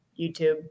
YouTube